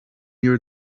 near